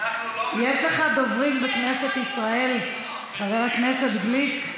יש לך דוברים בכנסת ישראל, חבר הכנסת גליק.